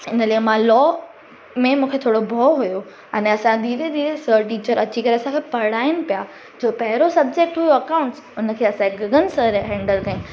इन लाइ मां लॉ में मूंखे थोरो भउ हुयो अने असां धीरे धीरे सर टीचर अची करे असांखे पढ़ाइनि पिया जो पहिरियों सब्जेक्ट हुयो अकाउंट्स उन खे असांजे हिकु गगन सर हैंडल कई